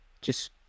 Just-